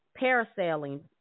parasailing